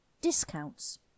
Discounts